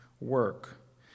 work